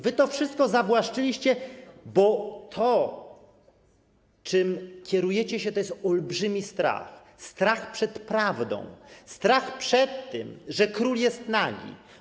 Wy to wszystko zawłaszczyliście, bo to, czym się kierujecie, to jest olbrzymi strach, strach przed prawdą, strach przed tym, że król jest nagi.